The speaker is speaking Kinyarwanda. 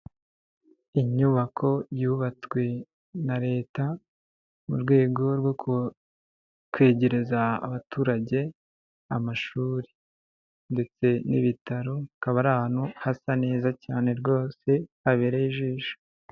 Inyubako yubatswe na Leta, mu rwego rwo kwegereza abaturage amashuri. Ndetse n'ibitaro akaba ari ahantu hasa neza cyane rwose, habereye ijisho.